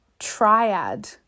triad